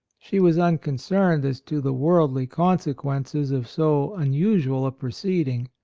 she was unconcerned as to the worldly consequences of so unusual a proceeding,